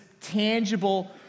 tangible